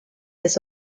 has